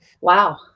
Wow